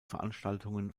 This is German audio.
veranstaltungen